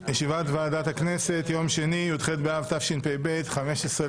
גם המיזוג וגם הפטור.